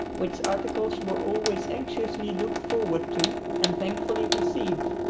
which articles were always anxiously looked forward to, and thankfully received.